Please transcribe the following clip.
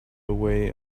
away